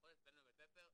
לפחות אצלנו בבית הספר,